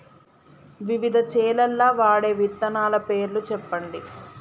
వివిధ చేలల్ల వాడే విత్తనాల పేర్లు చెప్పండి?